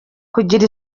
kugira